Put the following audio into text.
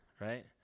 right